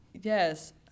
Yes